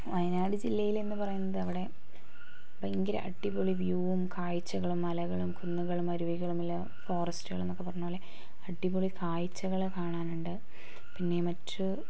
വയനാട് ജില്ലയിലെന്നു പറയുന്നത് അവിടെ ഭയങ്കര അടിപൊളി വ്യൂവും കാഴ്ചകളും മലകളും കുന്നുകളും അരുവികളും ഇല്ല ഫോറസ്റ്റുകളും എന്നൊക്കെ പറഞ്ഞപോലെ അടിപൊളി കാഴ്ചകൾ കാണാനുണ്ട് പിന്നെ മറ്റു